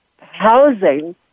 housing